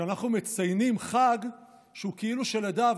כשאנחנו מציינים חג שהוא כאילו של עדה,